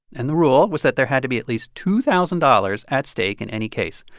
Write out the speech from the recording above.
and the rule was that there had to be at least two thousand dollars at stake in any case,